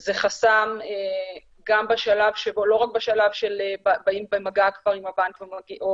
זה חסם לא רק בשלב שבאים במגע כבר עם הבנק או